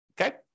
okay